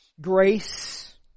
grace